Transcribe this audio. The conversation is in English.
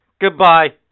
Goodbye